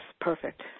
perfect